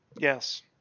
Yes